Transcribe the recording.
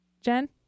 Jen